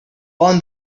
found